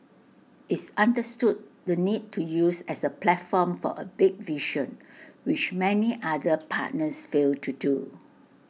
it's understood the need to use as A platform for A big vision which many other partners fail to do